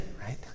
right